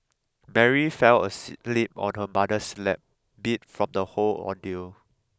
Mary fell asleep on her mother's lap beat from the whole ordeal